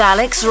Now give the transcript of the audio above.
Alex